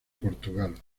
portugal